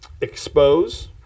expose